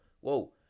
whoa